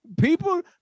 people